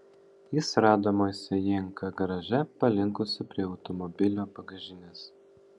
jis rado moisejenką garaže palinkusį prie automobilio bagažinės